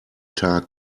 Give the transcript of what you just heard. tag